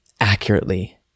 accurately